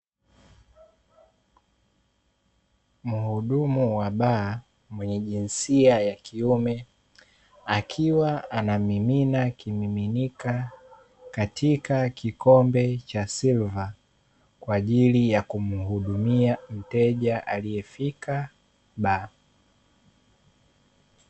Mhudumu wa baa, mwenye jinsia ya kiume, akiwa anamimina kimiminika katika kikombe cha silva, kwa ajili ya kumhudumia mteja aliyefika baa.